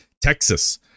Texas